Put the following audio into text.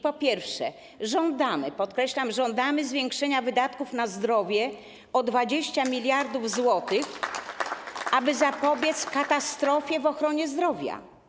Po pierwsze, żądamy, podkreślam: żądamy zwiększenia wydatków na zdrowie o 20 mld zł, aby zapobiec katastrofie w ochronie zdrowia.